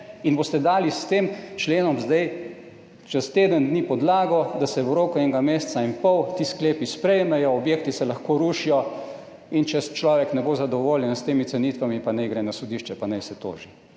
in boste dali s tem členom zdaj čez teden dni podlago, da se v roku enega meseca in pol ti sklepi sprejmejo. Objekti se lahko rušijo in če človek ne bo zadovoljen s temi cenitvami, pa naj gre na sodišče, pa naj se toži.